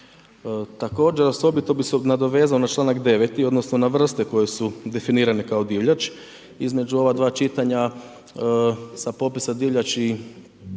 Također osobito bi se nadovezao na čl. 9. odnosno na vrste koje su definirane kao divljač. Između ova dva čitanja sa popisa divljači nestaje